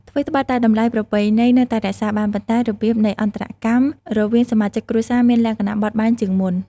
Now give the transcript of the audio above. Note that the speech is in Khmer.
ថ្វីត្បិតតែតម្លៃប្រពៃណីនៅតែរក្សាបាន ប៉ុន្តែរបៀបនៃអន្តរកម្មរវាងសមាជិកគ្រួសារមានលក្ខណៈបត់បែនជាងមុន។